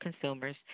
consumers